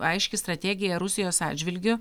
aiški strategija rusijos atžvilgiu